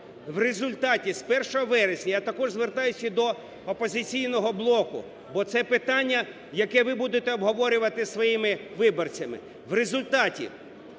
В результаті з 1 вересня… Я також звертаюся і до "Опозиційного блоку", бо це питання, яке ви будете обговорювати з своїми виборцями.